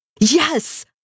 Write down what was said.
Yes